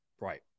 Right